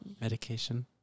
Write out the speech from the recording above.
medication